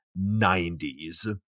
90s